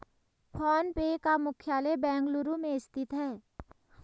phone पे का मुख्यालय बेंगलुरु में स्थित है